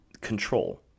control